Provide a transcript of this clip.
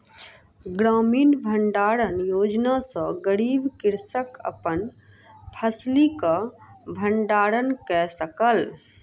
ग्रामीण भण्डारण योजना सॅ गरीब कृषक अपन फसिलक भण्डारण कय सकल